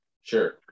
Sure